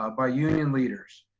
ah by union leaders,